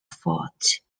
fort